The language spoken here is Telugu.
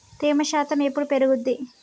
తేమ శాతం ఎప్పుడు పెరుగుద్ది?